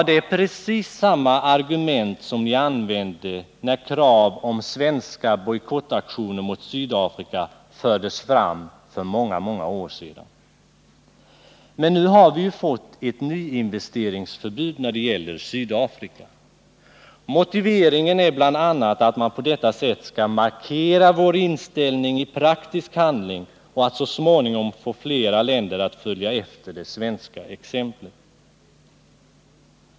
Det är precis samma argument som utskottet använde när krav på svenska bojkottaktioner mot Sydafrika fördes fram för många år sedan. Men nu har vi fått ett nyinvesteringsförbud när det gäller Sydafrika. Motiveringen är bl.a. att man på detta sätt skall markera vår inställning i praktisk handling och att så småningom få flera länder att följa efter det svenska exemplet.